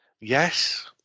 Yes